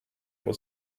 was